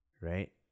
right